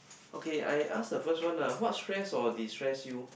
okay I ask the first one lah what stress or distress you